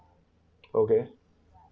okay